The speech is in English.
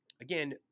Again